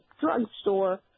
drugstore